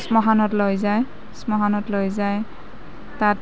শ্মশানত লৈ যায় শ্মশানত লৈ যায় তাত